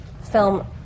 film